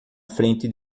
frente